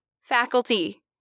faculty